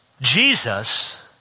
Jesus